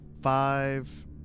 Five